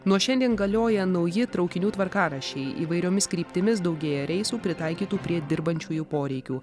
nuo šiandien galioja nauji traukinių tvarkaraščiai įvairiomis kryptimis daugėja reisų pritaikytų prie dirbančiųjų poreikių